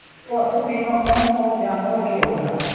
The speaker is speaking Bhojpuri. पशु बीमा कौन कौन जानवर के होला?